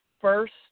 first